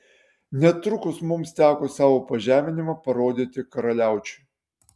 netrukus mums teko savo pažeminimą parodyti karaliaučiui